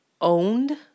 owned